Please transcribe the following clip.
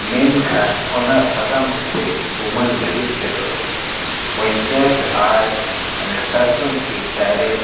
ᱢᱮᱱᱠᱷᱟᱱ ᱚᱱᱟ ᱥᱟᱛᱟᱢ ᱠᱚ ᱯᱮᱨᱮᱡ ᱩᱢᱟᱹᱨ ᱞᱟᱹᱜᱤᱫ ᱛᱮᱫᱚ ᱯᱚᱧᱪᱟᱭᱮᱛ ᱟᱡ ᱢᱟᱱᱮ ᱥᱟᱨᱯᱚᱧᱪ ᱜᱮ ᱰᱟᱭᱨᱮᱠᱴ